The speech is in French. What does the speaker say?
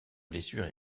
blessure